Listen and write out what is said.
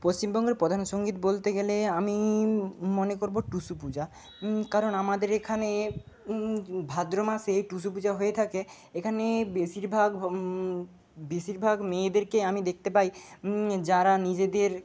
পশ্চিমবঙ্গের প্রধান সংগীত বলতে গেলে আমি মনে করবো টুসু পূজা কারণ আমাদের এখানে ভাদ্র মাসেই টুসু পূজা হয়ে থাকে এখানে বেশিরভাগ বেশিরভাগ মেয়েদেরকে আমি দেখতে পাই যারা নিজেদের